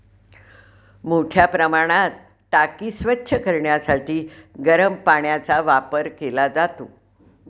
मोठ्या प्रमाणात टाकी स्वच्छ करण्यासाठी गरम पाण्याचा वापर केला जातो